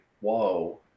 whoa